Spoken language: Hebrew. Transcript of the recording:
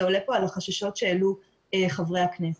עולה פה על החששות שהעלו חברי הכנסת.